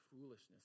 foolishness